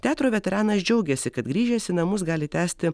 teatro veteranas džiaugiasi kad grįžęs į namus gali tęsti